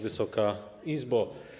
Wysoka Izbo!